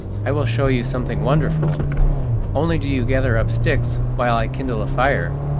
i will show you something wonderful only do you gather up sticks while i kindle a fire.